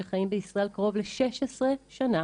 שחיים בישראל קרוב ל-16 שנה,